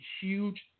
huge